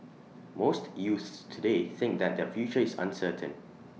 most youths today think that their future is uncertain